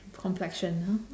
complexion ah